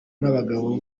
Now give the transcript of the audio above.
n’abagabo